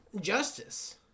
justice